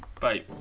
Bye